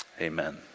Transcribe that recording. Amen